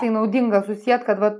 tai naudinga susiet kad vat